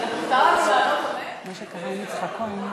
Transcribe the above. מותר לנו לענות אמן?